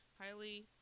highly